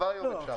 כבר היום אפשר.